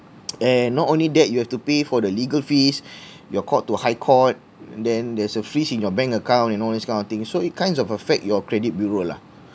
and not only that you have to pay for the legal fees your court to high court then there's a freeze in your bank account and all these kind of things so it kinds of affect your credit bureau lah